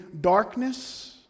darkness